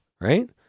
right